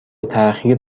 تاخیر